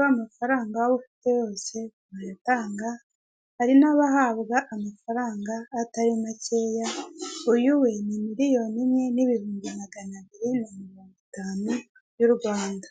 kandi imbere yabo bose bafite indangururamajwi kugirango baze kumvikana, imbere yabo hari uyoboye iyi nama wambaye ikote ry'umukara ndetse n'ishati y'umweru ari kuvugira mu ndangururamajwi kugira ngo abakurikiye inama bose babashe kumwumva.